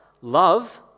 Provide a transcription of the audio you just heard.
love